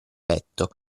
letto